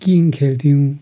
king खेल्थ्यौँ